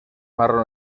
marrón